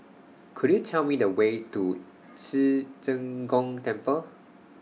Could YOU Tell Me The Way to Ci Zheng Gong Temple